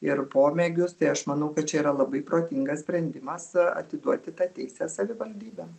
ir pomėgius tai aš manau kad čia yra labai protingas sprendimas atiduoti tą teisę savivaldybėm